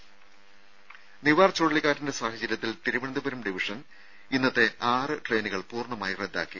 രംഭ നിവാർ ചുഴലിക്കാറ്റിന്റെ സാഹചര്യത്തിൽ തിരുവനന്തപുരം ഡിവിഷൻ ഇന്നത്തെ ആറ് ട്രെയിനുകൾ പൂർണ്ണമായി റദ്ദാക്കി